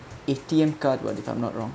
A_T_M card [what] if I'm not wrong